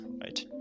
right